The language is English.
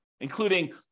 including